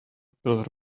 pillar